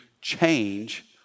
change